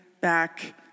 back